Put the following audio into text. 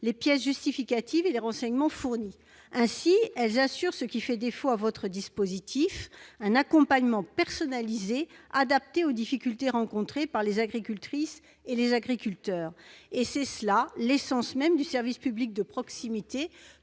les pièces justificatives et les renseignements fournis. Ainsi, elles assurent ce qui fait défaut à votre dispositif, un accompagnement personnalisé adapté aux difficultés rencontrées par les agricultrices et les agriculteurs. C'est l'essence même du service public de proximité